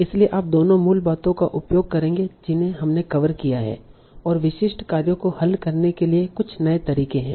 इसलिए आप दोनों मूल बातों का उपयोग करेंगे जिन्हें हमने कवर किया है और विशिष्ट कार्यों को हल करने के लिए कुछ नए तरीके हैं